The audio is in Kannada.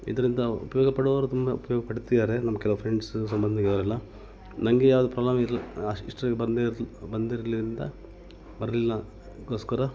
ಇದರಿಂದ ಉಪಯೋಗ ಪಡುವವರು ತುಂಬ ಉಪಯೋಗ ಪಡೀತಿದ್ದಾರೆ ನಮ್ಮ ಕೆಲವು ಫ್ರೆಂಡ್ಸು ಸಂಬಂಧಿಕರೆಲ್ಲ ನನಗೆ ಯಾವ್ದೂ ಪ್ರಾಲಮ್ ಇಲ್ ಅಷ್ ಇಷ್ಟ್ರ ಬಂದೇ ಇಲ್ ಬಂದಿರ್ಲಿಂದ ಬರಲಿಲ್ಲ ಅದಕ್ಕೋಸ್ಕರ